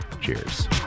Cheers